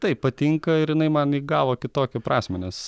taip patinka ir jinai man įgavo kitokią prasmę nes